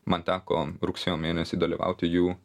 man teko rugsėjo mėnesį dalyvauti jų